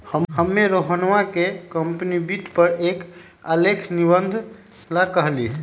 हम्मे रोहनवा के कंपनीया वित्त पर एक आलेख निबंध ला कहली